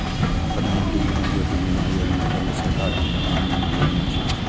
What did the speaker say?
प्रधानमत्री जीवन ज्योति बीमा योजना केंद्र सरकारक दुर्घटना बीमा योजना छियै